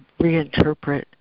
reinterpret